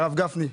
בעד,